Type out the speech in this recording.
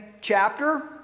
chapter